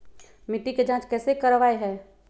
मिट्टी के जांच कैसे करावय है?